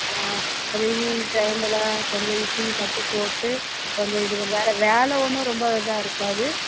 ஆ கொஞ்சம் ஈவினிங் டைம்மில் கொஞ்சம் டீ மட்டும் போட்டு கொஞ்சம் இது ஒரு வேலை வேலை ஒன்றும் ரொம்ப இதாக இருக்காது